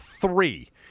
three